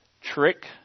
trick